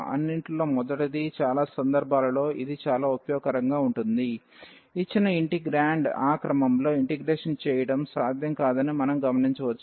అన్నింటిలో మొదటిది చాలా సందర్భాలలో ఇది చాలా ఉపయోగకరంగా ఉంటుంది ఇచ్చిన ఇంటిగ్రేండ్ ఆ క్రమంలో ఇంటిగ్రేషన్ చేయడం సాధ్యం కాదని మనం గమనించవచ్చు